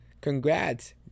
Congrats